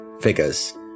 figures